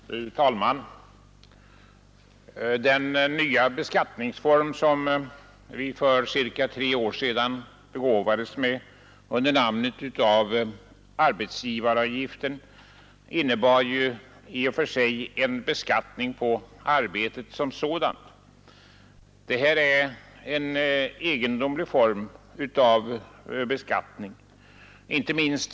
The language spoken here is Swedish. Fru talman! Den nya beskattningsform som vi för ca tre år sedan begåvades med under namnet arbetsgivaravgiften innebar en beskattning på arbetet som sådant. Det är en egendomlig form av beskattning.